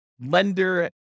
lender